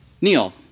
Neil